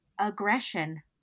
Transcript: aggression